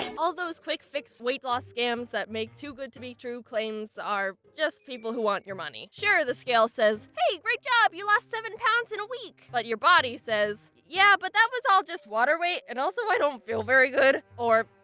and all those quick fix weight loss scams that make too good to be true claims are just people who want your money. sure, the scale says hey! great job, you lost seven pounds in a week! but your body says yeah, but that was all just water weight, and also, i don't feel very good.